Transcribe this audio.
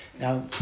Now